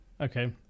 Okay